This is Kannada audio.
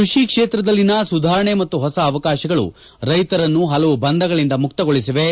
ಕೃಷಿ ಕ್ಷೇತ್ರದಲ್ಲಿನ ಸುಧಾರಣೆ ಮತ್ತು ಹೊಸ ಅವಕಾಶಗಳು ರೈತರನ್ನು ಹಲವು ಬಂಧಗಳಿಂದ ಮುಕ್ತಗೊಳಿಸಿವೆ